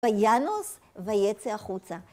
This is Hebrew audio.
וינוס, ויצא החוצה.